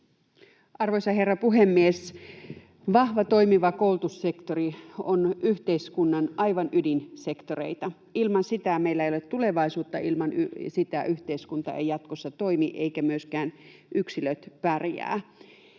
Arvoisa herra puhemies! Vahva, toimiva koulutussektori on yhteiskunnan aivan ydinsektoreita. Ilman sitä meillä ei ole tulevaisuutta, ilman sitä yhteiskunta ei jatkossa toimi eivätkä myöskään yksilöt pärjää.